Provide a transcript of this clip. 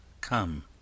come